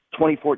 2014